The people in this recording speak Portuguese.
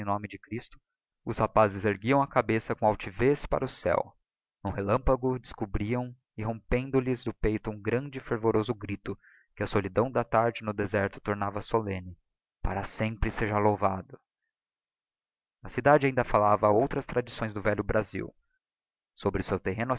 nome de christo os rapazes erguiam a cabeça com altivez para o céo n'um relâmpago se descobriam irrompendo lhes do peito um grande fervoroso grito que a solidão da tarde no deserto tornava solemne para sempre seja louvado a cidade ainda falava a ouras tradições do velho brasil sobre o seu terreno